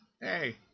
Hey